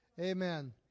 Amen